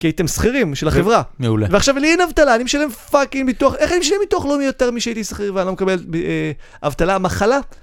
כי הייתם שכירים של החברה. מעולה. ועכשיו לי אין אבטלה, אני משלם פאקינג מתוך, איך אני משלם מתוך, לא מיותר משהייתי שכיר ואני לא מקבל אבטלה, מחלה.